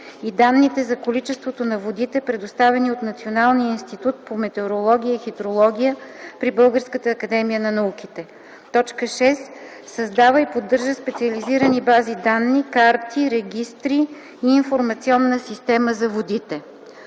и данните за количеството на водите, предоставени от Националния институт по метеорология и хидрология при Българската академия на науките; 6. създава и поддържа специализирани бази данни, карти, регистри и информационна система за водите.”.